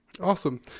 awesome